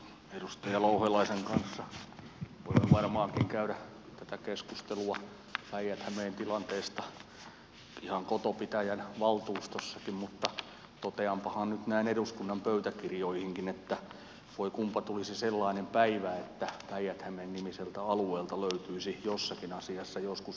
edustaja louhelaisen kanssa voidaan varmaankin käydä tätä keskustelua päijät hämeen tilanteesta ihan kotopitäjän valtuustossakin mutta toteanpahan nyt näin eduskunnan pöytäkirjoihinkin että voi kunpa tulisi sellainen päivä että päijät häme nimiseltä alueelta löytyisi jossakin asiassa joskus yhteistä tahtoa